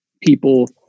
people